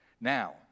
Now